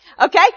Okay